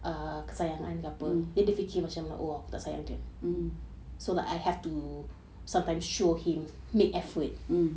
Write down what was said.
mmhmm mmhmm mmhmm